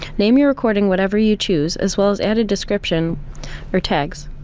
name your recording whatever you choose as well as add a description or tags.